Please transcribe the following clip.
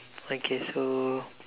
okay so